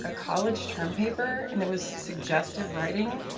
ah college term paper and it was suggestive writing,